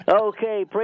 Okay